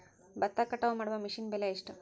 ಭತ್ತ ಕಟಾವು ಮಾಡುವ ಮಿಷನ್ ಬೆಲೆ ಎಷ್ಟು?